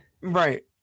Right